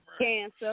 Cancer